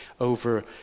over